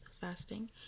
fasting